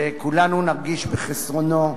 שכולנו נרגיש בחסרונו,